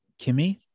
Kimmy